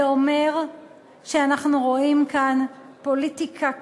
זה אומר שאנחנו רואים כאן פוליטיקה קטנונית,